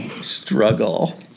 Struggle